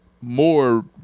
more